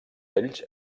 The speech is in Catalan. ells